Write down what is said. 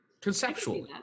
conceptually